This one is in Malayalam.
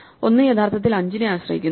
1 യഥാർത്ഥത്തിൽ 5 നെ ആശ്രയിക്കുന്നു